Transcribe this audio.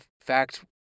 fact